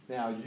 Now